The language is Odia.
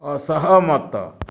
ଅସହମତ